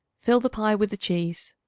fill the pie with the cheese.